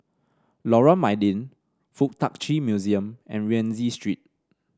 Lorong Mydin FuK Tak Chi Museum and Rienzi Street